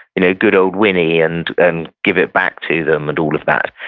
you know good old winnie, and and, give it back to them, and all of that.